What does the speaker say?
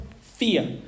fear